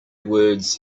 words